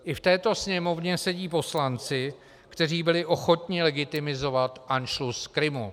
I v této Sněmovně sedí poslanci, kteří byli ochotni legitimizovat anšlus Krymu.